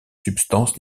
substances